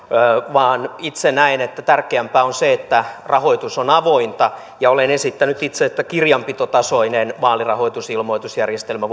itse näen että tärkeämpää on se että rahoitus on avointa ja olen esittänyt itse että kirjanpitotasoinen vaalirahoitusilmoitusjärjestelmä